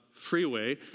freeway